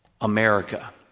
America